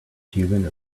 human